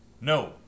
No